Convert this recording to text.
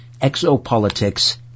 Exopolitics